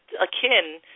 akin